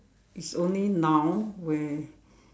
it's only now where